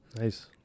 Nice